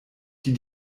die